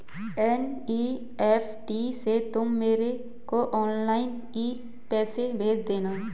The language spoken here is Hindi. एन.ई.एफ.टी से तुम मेरे को ऑनलाइन ही पैसे भेज देना